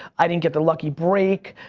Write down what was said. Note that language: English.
i didn't get the lucky break.